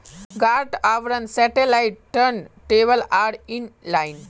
गांठ आवरण satellite turn table आर इन लाइन